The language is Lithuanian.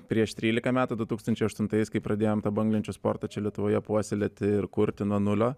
prieš trylika metų du tūkstančiai aštuntais kai pradėjom tą banglenčių sportą čia lietuvoj puoselėti ir kurti nuo nulio